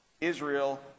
Israel